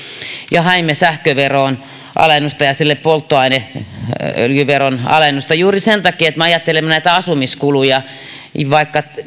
ja haimme sähköveroon alennusta ja sille polttoaineöljyveron alennusta juuri sen takia että me ajattelemme näitä asumiskuluja vaikka